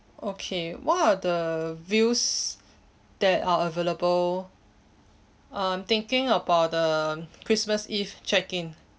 okay what are the views that are available I'm thinking about the christmas eve check-in